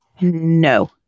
No